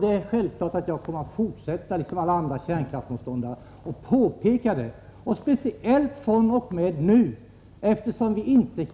Det är självklart att jag, liksom alla andra kärnkraftsmotståndare, kommer att fortsätta att påpeka detta, speciellt fr.o.m. nu när vi inte,